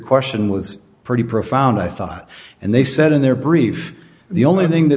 question was pretty profound i thought and they said in their brief the only thing that